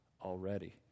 already